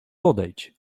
podejdź